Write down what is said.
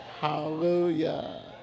Hallelujah